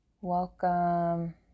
welcome